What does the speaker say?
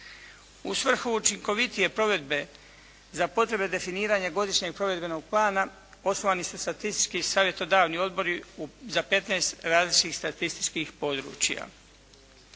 U svrhu učinkovitije provedbe za potrebe definiranja Godišnjeg provedbenog plana osnovani su statistički i savjetodavni odbori za 15 različitih statističkih područja.